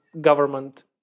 government